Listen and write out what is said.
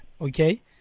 okay